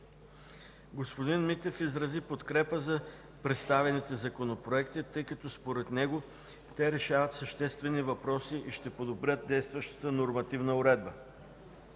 Господин Митев изрази подкрепа за представените законопроекти, тъй като според него те решават съществени въпроси и ще подобрят действащата нормативна уредба.